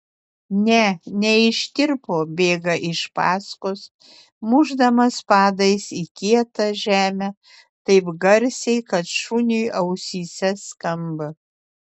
ne neištirpo bėga iš paskos mušdamas padais į kietą žemę taip garsiai kad šuniui ausyse skamba